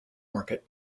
market